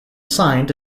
signed